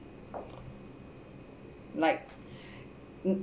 like mm